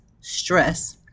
stress